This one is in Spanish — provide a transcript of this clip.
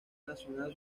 nacional